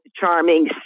charming